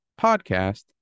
podcast